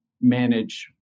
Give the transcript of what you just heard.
manage